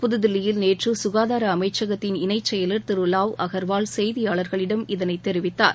புதுதில்லியில் நேற்று கசுகாதார அமைச்சகத்தின் இணை செயலாளர் திரு வாவ் அகர்வால் செய்தியாளர்களிடம் இதனை தெரிவித்தார்